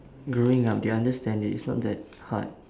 growing up they understand it's not that hard